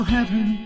Heaven